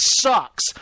sucks